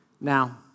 now